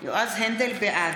(קוראת בשם חבר הכנסת) יועז הנדל, בעד